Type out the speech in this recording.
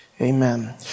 Amen